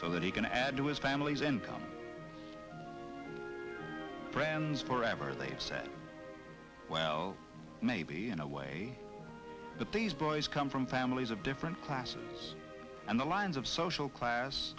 so that he can add to his family's income friends forever late said well maybe in a way that these boys come from families of different classes and the lines of social class